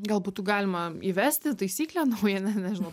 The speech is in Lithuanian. gal būtų galima įvesti taisyklę naują nežinau